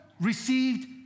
received